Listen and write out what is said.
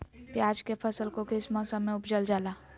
प्याज के फसल को किस मौसम में उपजल जाला?